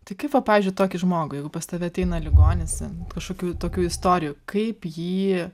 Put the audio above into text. tai kaip va pavyzdžiui tokį žmogų jeigu pas tave ateina ligonis ten kažkokių tokių istorijų kaip jį